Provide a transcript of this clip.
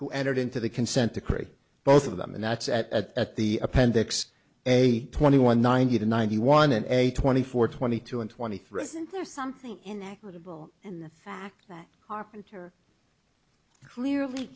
who entered into the consent decree both of them and that's at a at the appendix a twenty one ninety to ninety one and a twenty four twenty two and twenty three there's something in that rebuttal and the fact that carpenter clearly